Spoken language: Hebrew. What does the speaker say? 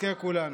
שנזכה כולנו.